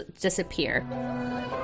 disappear